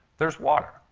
there's water.